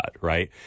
right